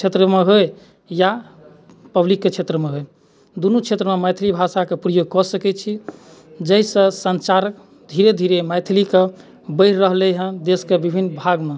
क्षेत्रमे होइ या पब्लिकके क्षेत्रमे होइ दुनू क्षेत्रमे मैथिली भाषाके प्रयोग कऽ सकै छीजाहिसँ सञ्चार धीरे धीरे मैथिलीके बढ़ि रहलै हँ देशके विभिन्न भागमे